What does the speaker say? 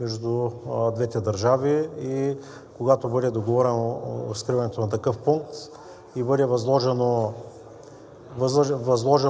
между двете държави и когато бъде договорено разкриването на такъв пункт и бъде възложено